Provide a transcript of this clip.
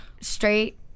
straight